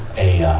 a